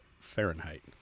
Fahrenheit